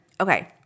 Okay